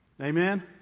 Amen